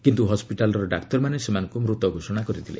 କିନ୍ତୁ ହସ୍କିଟାଲର ଡାକ୍ତରମାନେ ସେମାନଙ୍କୁ ମୃତ ଘୋଷଣା କରିଥିଲେ